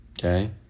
Okay